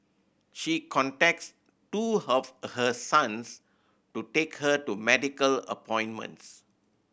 she contacts two of her sons to take her to medical appointments